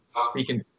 speaking